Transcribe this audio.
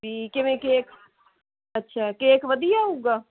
ਵੀ ਕਿਵੇਂ ਕੇਕ ਅੱਛਾ ਕੇਕ ਵਧੀਆ ਹੋਊਗਾ